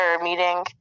meeting